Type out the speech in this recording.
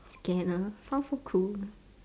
scanner sounds so cool